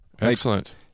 Excellent